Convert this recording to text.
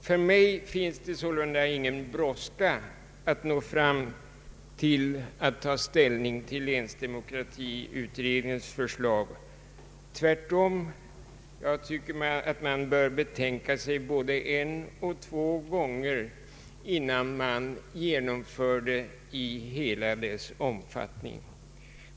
För mig finns det sålunda ingen brådska att ta ställning till länsdemo kratiutredningens förslag. Jag tycker tvärtom att man bör betänka sig både en och två gånger innan man genomför det i hela dess omfattning.